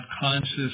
conscious